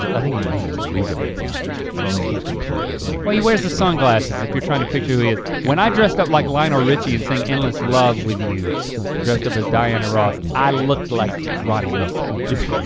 think he was legally blind. i don't think he was completely blind. well he wears the sunglasses, if you're trying to picture who he is. when i dressed up like lionel richie and sang endless love with you dressed up as diana ross, i looked like ronnie milsap. yeah, you